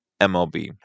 MLB